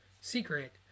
secret